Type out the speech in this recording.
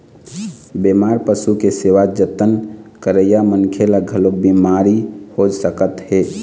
बेमार पशु के सेवा जतन करइया मनखे ल घलोक बिमारी हो सकत हे